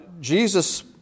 Jesus